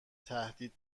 تهدید